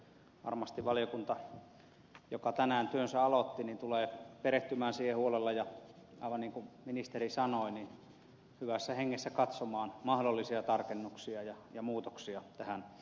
varmasti valiokunta joka tänään työnsä aloitti tulee perehtymään siihen huolella ja aivan niin kuin ministeri sanoi hyvässä hengessä katsomaan mahdollisia tarkennuksia ja muutoksia tähän lakiin